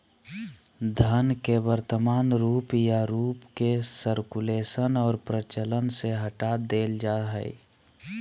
धन के वर्तमान रूप या रूप के सर्कुलेशन और प्रचलन से हटा देल जा हइ